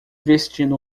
vestindo